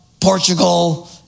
Portugal